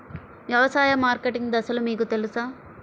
వ్యవసాయ మార్కెటింగ్ దశలు మీకు తెలుసా?